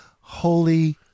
holy